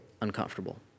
uncomfortable